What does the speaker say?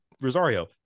Rosario